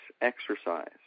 exercise